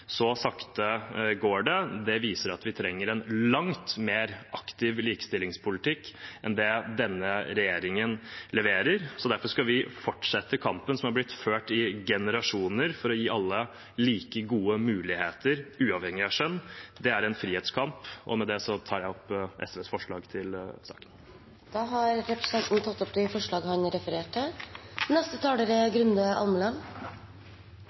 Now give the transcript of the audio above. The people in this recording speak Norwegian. Så sakte går det. Det viser at vi trenger en langt mer aktiv likestillingspolitikk enn det denne regjeringen leverer. Derfor skal vi fortsette kampen som er blitt ført i generasjoner for å gi alle like gode muligheter, uavhengig av kjønn. Det er en frihetskamp. Med det tar jeg opp SVs forslag i saken. Representanten Freddy André Øvstegård har tatt opp de forslagene han refererte til.